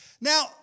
Now